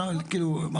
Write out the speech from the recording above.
לפני ההתייחסות,